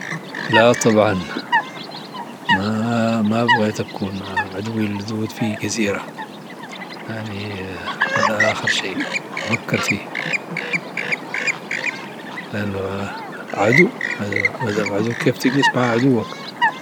لا طبعا ما مابغيت أكون مع عدوي اللدود في جزيرة. هذا آخر شي أفكر فيه. لأنه هذا عدو. ما دام عدو، كيف تجلس مع عدوك؟